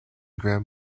gram